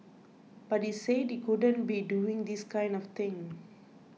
but he said he couldn't be doing this kind of thing